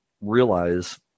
realize